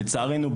לצערנו,